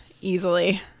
easily